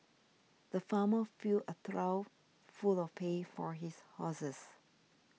the farmer filled a trough full of pay for his houses